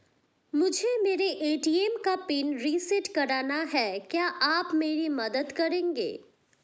मुझे मेरे ए.टी.एम का पिन रीसेट कराना है क्या आप मेरी मदद करेंगे?